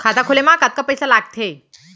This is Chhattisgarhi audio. खाता खोले मा कतका पइसा लागथे?